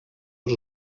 els